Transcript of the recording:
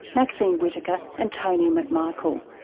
maxine whittaker and tony mcmichael.